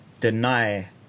deny